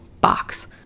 box